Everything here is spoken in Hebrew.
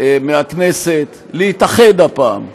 מהכנסת להתאחד הפעם,